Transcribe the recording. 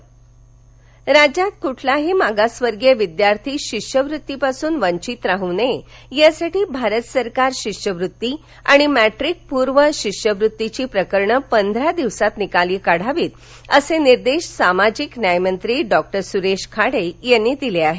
शिष्यवत्ती अमरावती राज्यातील कुठलाही मागासवर्गीय विद्यार्थी शिष्यवृत्तीपासून वंचित राहू नये यासाठी भारत सरकार शिष्यवृत्ती आणि मर्ट्रीकपूर्व शिष्यवृत्तीची प्रकरण पंधरा दिवसांत निकाली काढावीत असे निर्देश सामाजिक न्याय मंत्री डॉक्टर सुरेश खाडे यांनी दिले आहेत